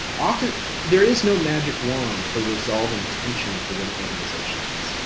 often there is no magic wand for resolving tensions within organizations,